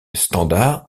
standard